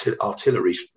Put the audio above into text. artillery